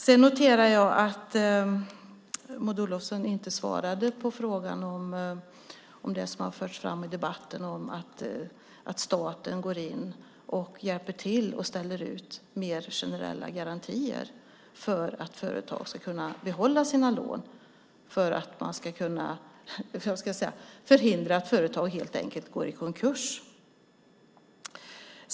Jag noterade att Maud Olofsson inte svarade på frågan som har förts fram i debatten om att staten ska gå in och hjälpa till och ställa ut mer generella garantier för att företag ska kunna behålla sina lån och förhindras att gå i konkurs.